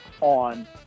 on